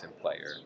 player